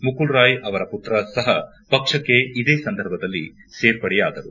ಮುಕುಲ್ ರಾಯ್ ಅವರ ಪುತ್ರ ಸಹ ಪಕ್ಷಕ್ಕೆ ಇದೇ ಸಂದರ್ಭದಲ್ಲಿ ಸೇರ್ಪಡೆಯಾದರು